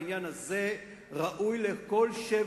בעניין הזה, ראוי לכל שבח.